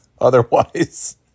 otherwise